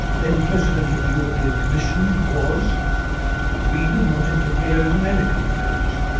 then president of the european commission, was we do not interfere in american affairs.